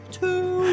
two